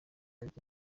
ariko